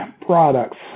products